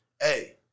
hey